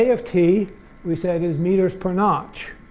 ah of t we said is meters per notch.